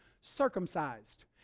circumcised